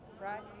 Right